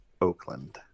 Oakland